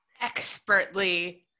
expertly